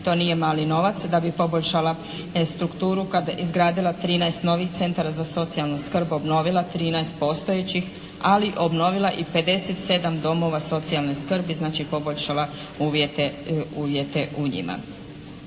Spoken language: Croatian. To nije mali novac da bi poboljšala strukturu, izgradila 13 novih centara za socijalnu skrb, obnovila 13 postojećih, ali obnovila i 57 domova socijalne skrbi, znači poboljšala uvjete u njima.